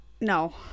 No